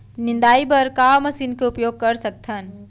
निंदाई बर का मशीन के उपयोग कर सकथन?